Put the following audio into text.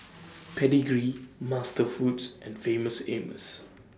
Pedigree Master Foods and Famous Amos